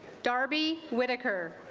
darby whitaker